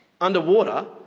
underwater